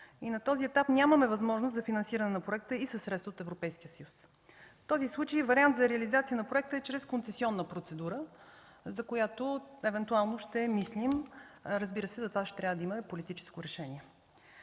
и на този етап нямаме възможност за финансиране на проекта и със средства от Европейския съюз. В този случай вариант за реализация на проекта е чрез концесионна процедура, за която евентуално ще мислим. Разбира се, за това ще трябва да има политическо решение.